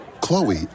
Chloe